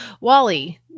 Wally